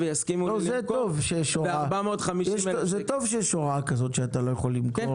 טוב שיש הוראה כזאת שאתה לא יכול למכור,